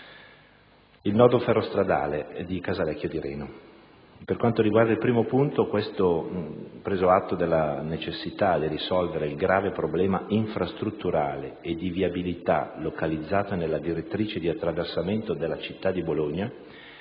il nodo ferrostradale di Casalecchio di Reno, di cui all'interrogazione 3-00009, preso atto della necessità di risolvere il grave problema infrastrutturale e di viabilità localizzato nella direttrice di attraversamento della città di Bologna,